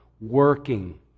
working